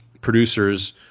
producers